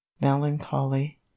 Melancholy